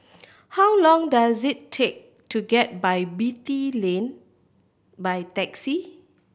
how long does it take to get Beatty Lane by taxi